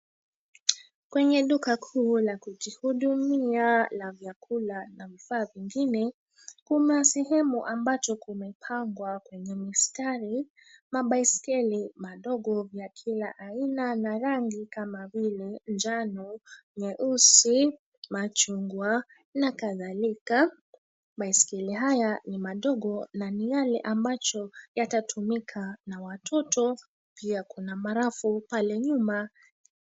Kwenye duka kuu la kujihudumia la vyakula na vifaa vingine, kuna sehemu ambacho kumepangwa kwenye mistari mabaiskeli madogo vya kila aina na rangi kama vile njano, nyeusi, machungwa na kadhalika. Baskeli haya ni madogo na ni yale ambacho yatatumika na watoto. Pia kuna marafu pale nyuma.